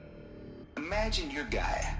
imagine you're gaia.